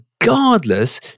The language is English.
regardless